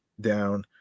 down